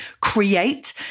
create